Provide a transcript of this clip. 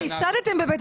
הפסדתם בבית המשפט.